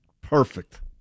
perfect